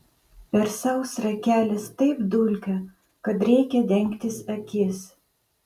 per sausrą kelias taip dulka kad reikia dengtis akis